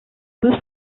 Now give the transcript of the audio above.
peut